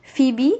phoebe